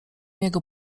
jego